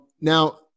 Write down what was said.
Now